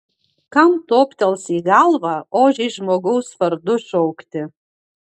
kam toptels į galvą ožį žmogaus vardu šaukti